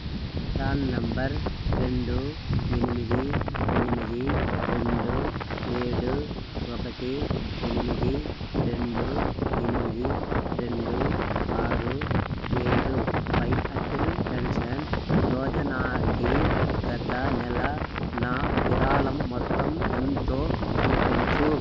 PRAN number రెండు ఎనిమిది ఎనిమిది రెండు ఏడు ఒకటి ఎనిమిది రెండు ఎనిమిది రెండు ఆరు ఏడు పై అటల్ పెన్షన్ యోజనాకి గత నెల నా విరాళం మొత్తం ఎంతో చూపించు